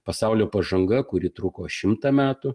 pasaulio pažanga kuri truko šimtą metų